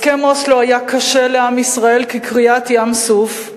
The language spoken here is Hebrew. הסכם אוסלו היה קשה לעם ישראל כקריעת ים-סוף,